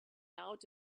out